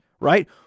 right